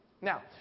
Now